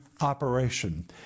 operation